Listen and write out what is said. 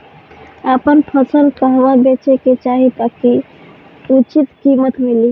आपन फसल कहवा बेंचे के चाहीं ताकि उचित कीमत मिली?